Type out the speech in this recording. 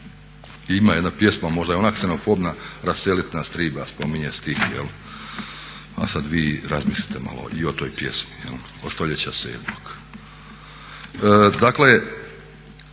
Ima jedna pjesma možda je ona ksenofobna "raselit nas triba" spominje stih. A sada vi razmislite malo i o toj pjesmi od stoljeća 7. Dakle